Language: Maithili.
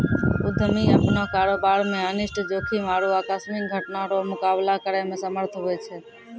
उद्यमी अपनो कारोबार मे अनिष्ट जोखिम आरु आकस्मिक घटना रो मुकाबला करै मे समर्थ हुवै छै